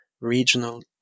regional